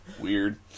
weird